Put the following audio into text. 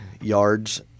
yards